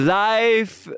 life